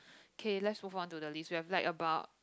okay let's move on to the list we've like about